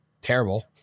terrible